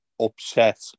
upset